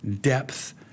depth